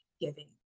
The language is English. giving